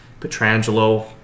Petrangelo